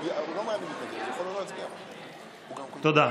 תודה.